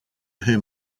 whom